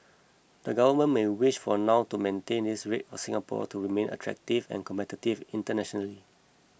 the government may wish for now to maintain this rate for Singapore to remain attractive and competitive internationally